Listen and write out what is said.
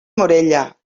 morella